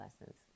lessons